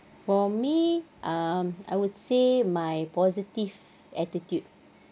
for me um I would say my positive attitude